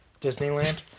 Disneyland